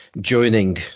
joining